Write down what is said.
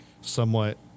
somewhat